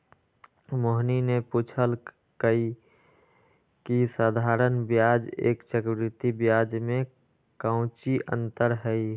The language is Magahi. मोहिनी ने पूछल कई की साधारण ब्याज एवं चक्रवृद्धि ब्याज में काऊची अंतर हई?